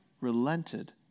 relented